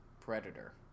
Predator